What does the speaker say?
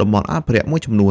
តំបន់អភិរក្សមួយចំនួន។